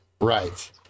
Right